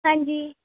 ਹਾਂਜੀ